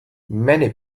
many